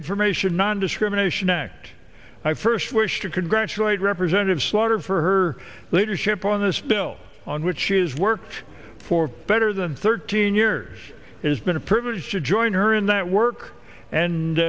information nondiscrimination act i first wish to congratulate representative slaughter for her leadership on this bill on which is worked for better than thirteen years has been a privilege to join her in that work and